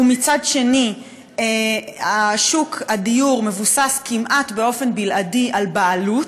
ומצד שני שוק הדיור מבוסס כמעט באופן בלעדי על בעלות,